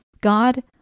God